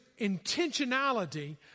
intentionality